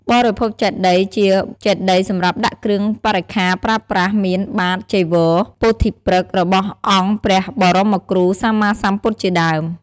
បរិភោគចេតិយ ជាចេតិយសម្រាប់ដាក់គ្រឿងបរិក្ខាប្រើប្រាស់ មាន បាត្រ ចីវរ ពោធិព្រឹក្ស របស់អង្គព្រះបរមគ្រូសម្មាសម្ពុទ្ធជាដើម។